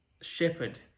shepherd